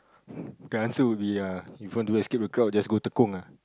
the answer would be yeah if you want to escape the crowd just go Tekong ah